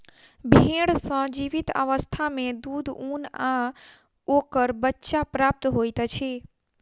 भेंड़ सॅ जीवित अवस्था मे दूध, ऊन आ ओकर बच्चा प्राप्त होइत अछि